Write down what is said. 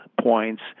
points